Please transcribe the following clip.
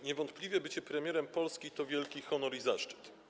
Niewątpliwie bycie premierem Polski to wielki honor i zaszczyt.